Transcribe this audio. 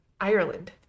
ireland